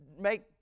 make